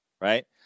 right